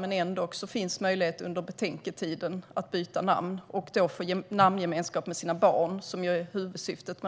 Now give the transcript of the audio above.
möjligheten finns ändå att under betänketiden byta namn och då få namngemenskap med sina barn - vilket ju är huvudsyftet.